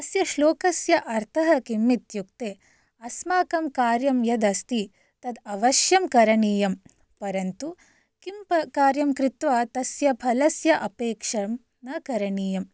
अस्य श्लोकस्य अर्थः किम् इत्युक्ते अस्माकं कार्यं यद् अस्ति तत् अवश्यं करणीयं परन्तु किं कार्यं कृत्वा तस्य फलस्य अपेक्षा न करणीयम्